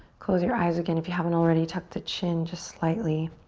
close your eyes again. if you haven't already, tuck the chin just slightly.